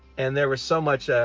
and there was so much